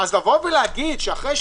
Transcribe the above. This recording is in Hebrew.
לומר שאחרי,